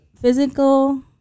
physical